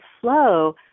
flow